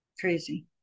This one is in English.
crazy